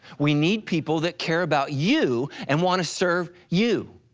we need people that care about you and wanna serve you.